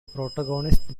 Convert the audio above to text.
protagonists